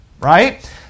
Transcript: right